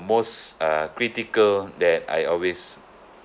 most uh critical that I always